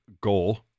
goal